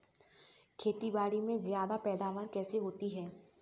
खेतीबाड़ी में ज्यादा पैदावार कैसे होती है?